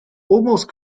almost